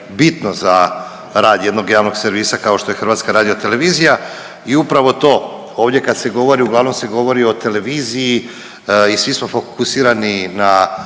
bitno za rad jednog javnog servisa kao što je HRT i upravo to. Ovdje kad se govori, uglavnom se govori o televiziji i svi smo fokusirani na